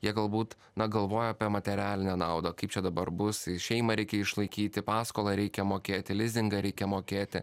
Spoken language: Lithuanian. jie galbūt na galvoja apie materialinę naudą kaip čia dabar bus šeimą reikia išlaikyti paskolą reikia mokėti lizingą reikia mokėti